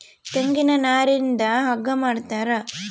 ತೆಂಗಿನ ನಾರಿಂದ ಹಗ್ಗ ಮಾಡ್ತಾರ